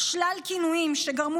שלל כינויים שגרמו